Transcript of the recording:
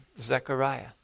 Zechariah